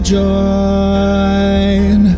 join